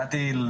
הגעתי,